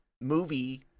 movie